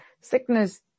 Sickness